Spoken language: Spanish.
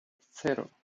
cero